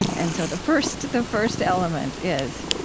and so the first the first element is,